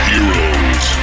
Heroes